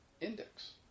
index